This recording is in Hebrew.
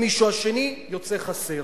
המישהו השני יוצא חסר.